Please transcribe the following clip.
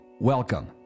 Welcome